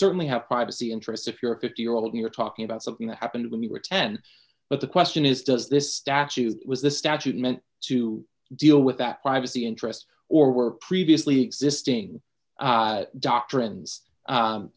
certainly have privacy interests if you're a fifty year old you're talking about something that happened when you were ten but the question is does this statute was the statute meant to deal with that privacy interest or were previously existing doctrines